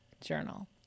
journal